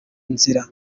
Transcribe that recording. nzira